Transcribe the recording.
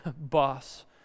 boss